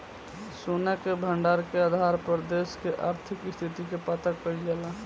सोना के भंडार के आधार पर देश के आर्थिक स्थिति के पता कईल जाला